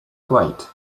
great